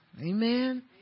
Amen